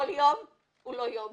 כל יום הוא לא יום,